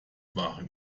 waren